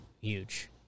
Huge